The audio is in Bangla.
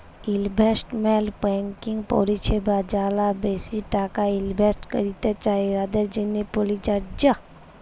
ইলভেস্টমেল্ট ব্যাংকিং পরিছেবা যারা বেশি টাকা ইলভেস্ট ক্যইরতে চায়, উয়াদের জ্যনহে পরযজ্য